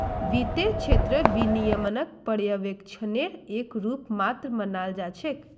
वित्तेर क्षेत्रत विनियमनक पर्यवेक्षनेर एक रूप मात्र मानाल जा छेक